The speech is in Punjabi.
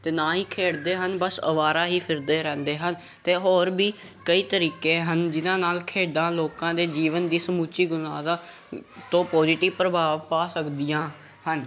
ਅਤੇ ਨਾ ਹੀ ਖੇਡਦੇ ਹਨ ਬਸ ਅਵਾਰਾ ਹੀ ਫਿਰਦੇ ਰਹਿੰਦੇ ਹਨ ਅਤੇ ਹੋਰ ਵੀ ਕਈ ਤਰੀਕੇ ਹਨ ਜਿੰਨ੍ਹਾਂ ਨਾਲ ਖੇਡਾਂ ਲੋਕਾਂ ਦੇ ਜੀਵਨ ਦੀ ਸਮੁੱਚੀ ਗੁਣਵਤਾ ਤੋਂ ਪੋਜੀਟਿਵ ਪ੍ਰਭਾਵ ਪਾ ਸਕਦੀਆਂ ਹਨ